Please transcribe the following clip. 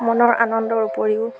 মনৰ আনন্দৰ উপৰিও